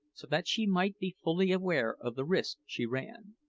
so that she might be fully aware of the risk she ran.